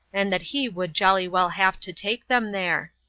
and that he would jolly well have to take them there.